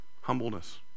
humbleness